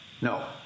No